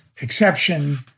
exception